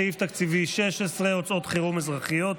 סעיף תקציבי 16, הוצאות חירום אזרחיות,